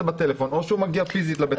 זה בטלפון או מגיע פיזית לבית החולים.